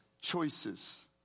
choices